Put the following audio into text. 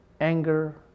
anger